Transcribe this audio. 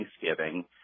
Thanksgiving